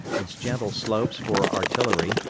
its gentle slopes for artillery,